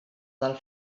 del